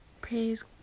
praise